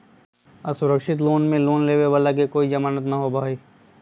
असुरक्षित लोन में लोन लेवे वाला के कोई जमानत न होबा हई